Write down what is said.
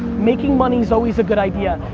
making money's always a good idea.